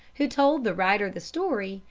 who told the writer the story,